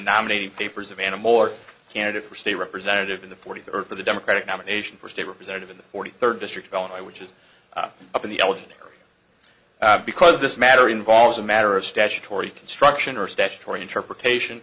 nominating papers of animal or candidate for state representative in the forty third for the democratic nomination for state representative in the forty third district alibi which is up in the elevator because this matter involves a matter of statutory construction or statutory interpretation